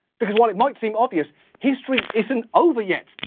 because while it might seem obvious, history isn't over yet.